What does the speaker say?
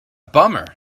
bummer